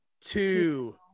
two